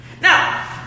Now